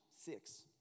six